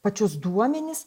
pačius duomenis